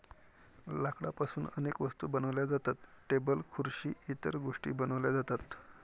लाकडापासून अनेक वस्तू बनवल्या जातात, टेबल खुर्सी इतर गोष्टीं बनवल्या जातात